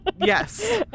Yes